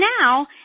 now